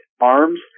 arms